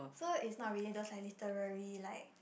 so is not really those like literally like